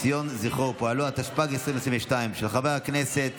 (ציון זכרו ופועלו), התשפ"ג 2022, של חבר הכנסת